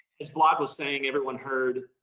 as vlad was saying, everyone heard,